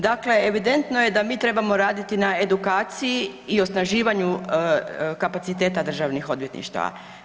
Dakle, evidentno je da mi trebamo raditi na edukciji i osnaživanju kapaciteta državnih odvjetništava.